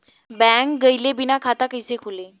Bank गइले बिना खाता कईसे खुली?